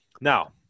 now